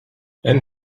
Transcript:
and